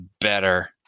better